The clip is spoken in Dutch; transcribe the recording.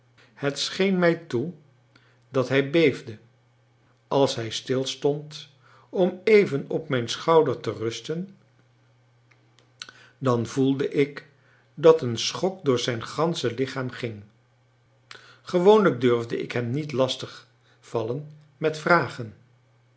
het scheen mij toe dat hij beefde als hij stilstond om even op mijn schouder te rusten dan voelde ik dat een schok door zijn gansche lichaam ging gewoonlijk durfde ik hem niet lastig vallen met vragen